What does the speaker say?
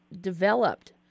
developed